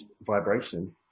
vibration